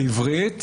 בעברית.